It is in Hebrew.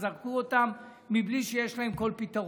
שזרקו אותם בלי שיש להם כל פתרון?